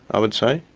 i would say.